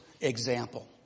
example